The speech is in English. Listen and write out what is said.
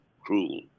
cruel